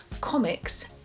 comics